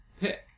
pick